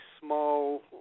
small